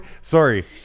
sorry